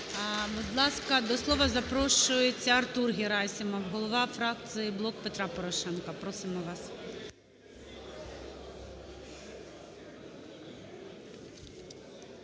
Будь ласка, до слова запрошується Артур Герасимов, голова фракції "Блок Петра Порошенка". Просимо вас.